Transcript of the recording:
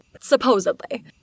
supposedly